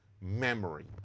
memory